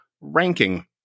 ranking